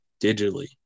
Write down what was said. digitally